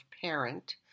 parent